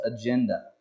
agenda